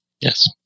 Yes